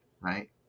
right